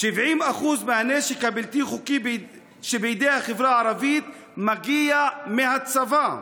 70% מהנשק הבלתי-חוקי שבידי החברה הערבית מגיע מהצבא.